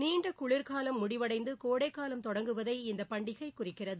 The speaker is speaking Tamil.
நீண்ட குளிர்காலம் முடிவைடந்து கோடைக்காலம் தொடங்குவதை இந்த பண்டிகை குறிக்கிறது